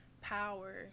power